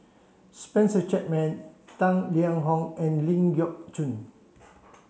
Spencer Chapman Tang Liang Hong and Ling Geok Choon